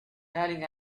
darling